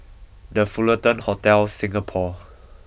the Fullerton Hotel Singapore